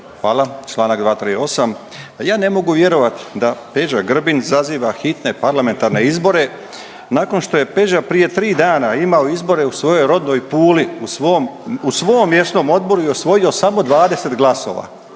Hvala. Članak 238. Ja ne mogu vjerovati da Peđa Grbin zaziva hitne parlamentarne izbore nakon što je Peđa prije tri dana imao izbore u svojoj rodnoj Puli, u svom mjesnom odboru i osvojio samo 20 glasova.